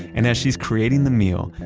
and as she's creating the meal,